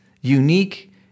unique